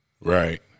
right